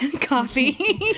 coffee